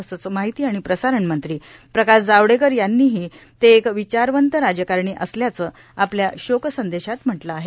तसंच माहिती आणि प्रसारण मंत्री प्रकाश जावडेकर यांनीही ते एक विचारवंत राजकारणी असल्याचं आपल्या शोकसंदेशात म्हटलं आहे